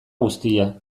guztia